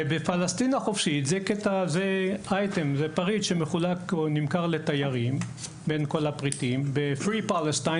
ב׳ - זה פריט שנמכר בין כל הפריטים לתיירים - Free Palestine,